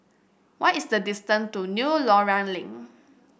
what is the distance to New Loyang Link